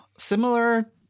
Similar